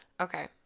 Okay